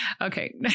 Okay